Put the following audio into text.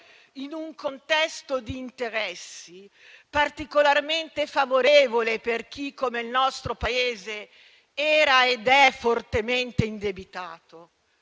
in un contesto di interessi particolarmente favorevole per chi, come il nostro Paese, era ed è fortemente indebitato.